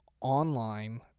online